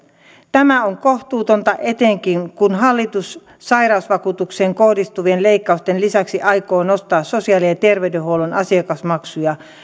tämä on kohtuutonta etenkin kun hallitus sairausvakuutukseen kohdistuvien leikkausten lisäksi aikoo nostaa sosiaali ja terveydenhuollon asiakasmaksuja